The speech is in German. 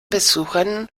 besuchern